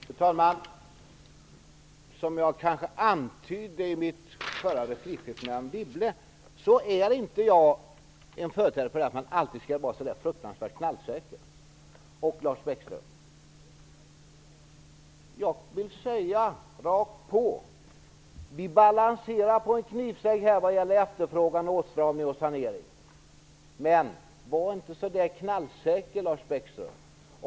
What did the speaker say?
Fru talman! Som jag kanske antydde i mitt förra replikskifte med Anne Wibble är jag inte en företrädare för att man alltid skall vara så fruktansvärt knallsäker. Lars Bäckström, jag vill säga rakt på sak att vi balanserar på en knivsegg när det gäller efterfrågan, åtstramning och sanering. Men var inte så knallsäker, Lars Bäckström.